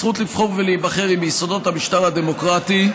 הזכות לבחור ולהיבחר היא מיסודות המשטר הדמוקרטי.